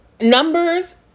Numbers